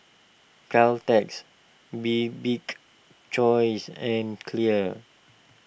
Caltex Bibik's Choice and Clear